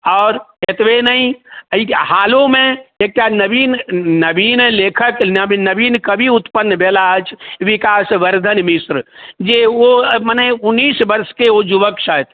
आओर एतबे नहि अइ हालोमे एकटा नवीन नवीन लेखक नब नवीन कबि उत्पन्न भेला अछि विकास वर्धन मिश्र जे ओ मने उनीस वर्षके ओ युवक छथि